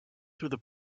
through